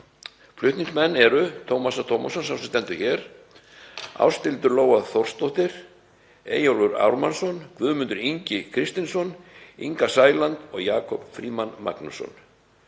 Flutningsmenn eru: Tómas A. Tómasson, sá sem hér stendur, Ásthildur Lóa Þórsdóttir, Eyjólfur Ármannsson, Guðmundur Ingi Kristinsson, Inga Sæland og Jakob Frímann Magnússon.